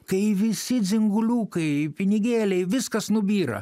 kai visi dzinguliukai pinigėliai viskas nubyra